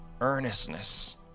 earnestness